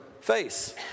face